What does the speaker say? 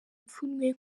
ipfunwe